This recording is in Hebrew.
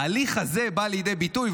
ההליך הזה בא לידי ביטוי,